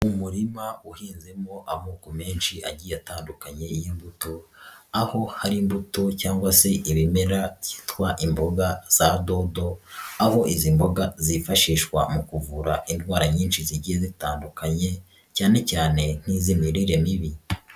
Umurima uhinzemo amoko menshi agiye atandukanye y'imbuto, aho hari imbuto cyangwa se ibimera byitwa imboga za dodo, aho izi mboga zifashishwa mu kuvura indwara nyinshi zigiye zitandukanye cyane cyane nk'iz'imirire mibi.